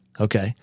Okay